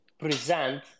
present